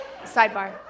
Sidebar